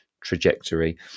trajectory